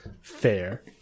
Fair